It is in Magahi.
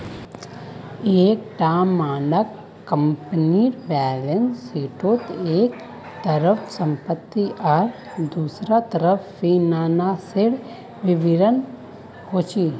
एक टा मानक कम्पनीर बैलेंस शीटोत एक तरफ सम्पति आर दुसरा तरफ फिनानासेर विवरण होचे